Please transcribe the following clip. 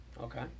Okay